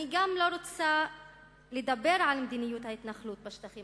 אני גם לא רוצה לדבר על מדיניות ההתנחלות בשטחים